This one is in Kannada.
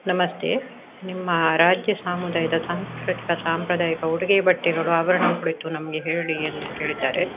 ನಮಸ್ತೆ ನಿಮ್ಮ ರಾಜ್ಯ ಸಾಮುದಾಯದ ಸಾಂಸ್ಕೃತಿಕ ಸಾಂಪ್ರದಾಯಿಕ ಉಡುಗೆ ಬಟ್ಟೆಗಳು ಆಭರಣ ಕುರಿತು ನಮಗೆ ಹೇಳಿ ಅಂತ ಕೇಳಿದ್ದಾರೆ